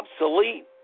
obsolete